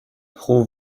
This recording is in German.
pro